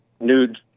Nude